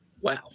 Wow